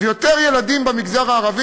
ויותר ילדים במגזר הערבי,